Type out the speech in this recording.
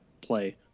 Play